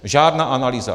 Žádná analýza.